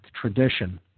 tradition